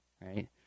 right